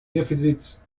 deficits